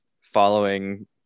following